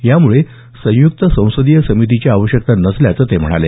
यामुळे संयुक्त संसदीय समितीची आवश्यकता नसल्याचं ते म्हणाले